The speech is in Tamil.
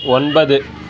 ஒன்பது